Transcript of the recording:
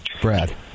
Brad